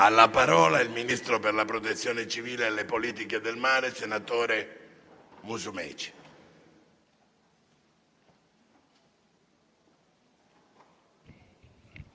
la parola al ministro per la protezione civile e le politiche del mare, senatore Musumeci,